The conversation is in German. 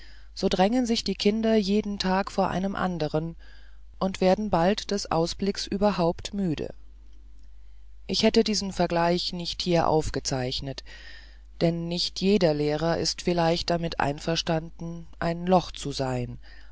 so drängen sich die kinder jeden tag vor einem anderen und werden bald des ausblicks überhaupt müde ich hätte diesen vergleich nicht hier aufgezeichnet denn nicht jeder lehrer ist vielleicht damit einverstanden ein loch zu sein